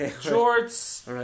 shorts